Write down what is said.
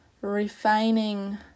refining